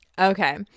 okay